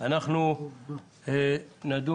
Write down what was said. ),